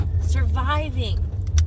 surviving